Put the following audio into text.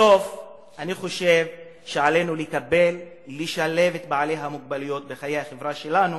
אני חושב שעלינו לשלב את בעלי המוגבלויות בחיי החברה שלנו,